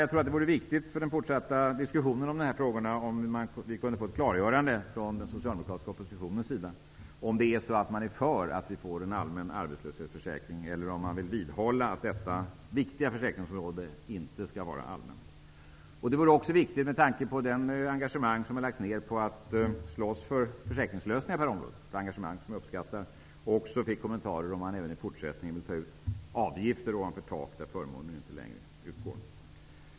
Jag tror att det vore viktigt för den fortsatta diskussionen i dessa frågor om vi kunde få ett klargörande från den socialdemokratiska oppositionens sida om man är för en allmän arbetslöshetsförsäkring eller om man vill vidhålla att detta viktiga försäkringsområde inte skall vara allmänt. Det vore också viktigt med tanke på det engagemang som har lagts ner på att slåss för försäkringslösningar på det här området. Det är ett engagemang som jag uppskattar. Det vore bra om man fick kommentarer om huruvida man även i fortsättningen vill ta ut avgifter ovanför det tak där förmåner inte längre utgår.